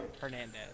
Hernandez